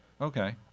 Okay